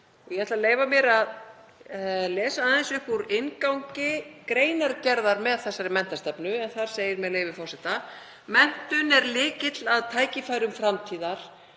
Ég ætla að leyfa mér að lesa aðeins upp úr inngangi greinargerðar með þessari menntastefnu en þar segir, með leyfi forseta: „Menntun er lykill að tækifærum framtíðar